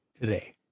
today